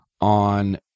on